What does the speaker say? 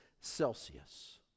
Celsius